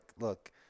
look